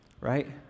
right